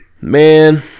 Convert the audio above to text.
Man